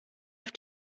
auf